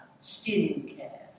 skincare